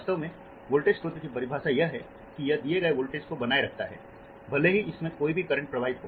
वास्तव में वोल्टेज स्रोत की परिभाषा यह है कि यह दिए गए वोल्टेज को बनाए रखता है भले ही इसमें से कोई भी करंट प्रवाहित हो